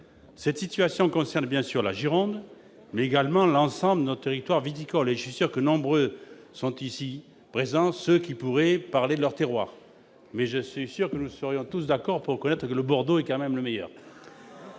Cette situation concerne bien entendu la Gironde, mais également l'ensemble de nos territoires viticoles, et je suis sûr que nombre de mes collègues ici présents pourraient parler de leur terroir. Oui ! Néanmoins, je suis persuadé que nous serions tous d'accord pour reconnaître que le Bordeaux est quand même le meilleur.